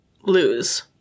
Lose